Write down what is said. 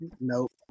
nope